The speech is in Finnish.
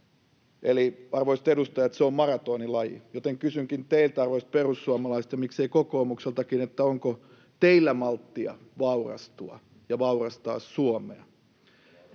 eli arvoisat edustajat, se on maratoonilaji — kysynkin teiltä, arvoisat perussuomalaiset, ja miksen kokoomukseltakin: onko teillä malttia vaurastua ja vaurastaa Suomea?